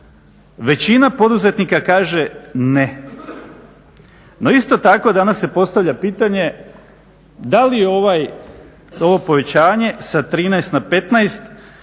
Većina poduzetnika kaže ne, no isto tako danas se postavlja pitanje da li ovo povećanje sa 13 na 15